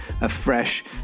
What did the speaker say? afresh